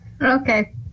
Okay